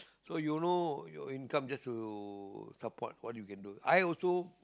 so you know your income just to support what you can do I also